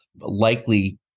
likely